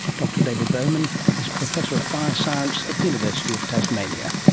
dr david bowman is professor of fire science at the university of tasmania